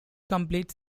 complete